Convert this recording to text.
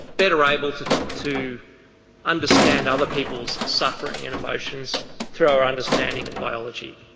better able to to understand other people's suffering and emotions through our understanding of biology?